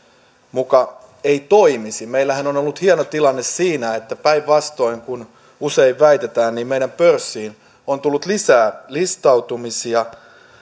muka ei toimisi meillähän on ollut hieno tilanne siinä että päinvastoin kuin usein väitetään meidän pörssiin on tullut lisää listautumisia